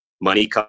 Money